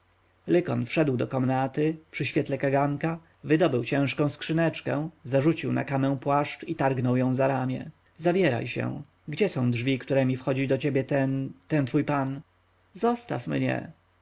lykon wszedł do komnaty przy świetle kaganka wydobył ciężką skrzyneczkę zarzucił na kamę płaszcz i targnął ją za ramię zabieraj się gdzie są drzwi któremi wchodzi do ciebie ten ten twój pan zostaw mnie